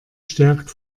stärkt